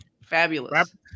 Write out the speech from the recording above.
fabulous